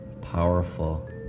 powerful